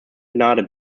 gnade